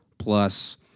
plus